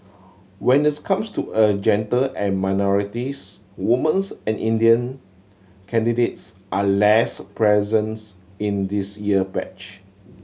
when it comes to a gender and minorities woman's and Indian candidates are less presents in this year batch